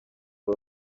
abo